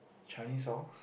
Chinese songs